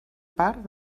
part